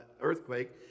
earthquake